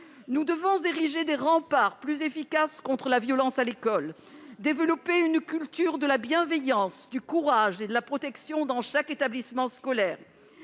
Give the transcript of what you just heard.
Nous devons ériger des remparts plus efficaces contre la violence à l'école, développer une culture de la bienveillance, du courage et de la protection dans chaque établissement scolaire.